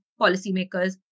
policymakers